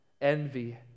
envy